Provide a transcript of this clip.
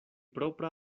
propra